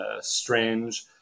strange